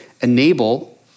enable